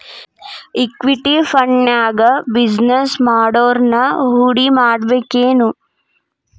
Equity ಫಂಡ್ನ್ಯಾಗ business ಮಾಡೊವ್ರನ ಹೂಡಿಮಾಡ್ಬೇಕೆನು?